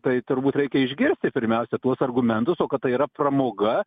tai turbūt reikia išgirsti pirmiausia tuos argumentus o kad tai yra pramoga